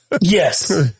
Yes